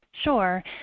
Sure